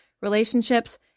relationships